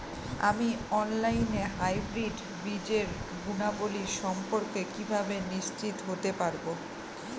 আমি অনলাইনে হাইব্রিড বীজের গুণাবলী সম্পর্কে কিভাবে নিশ্চিত হতে পারব?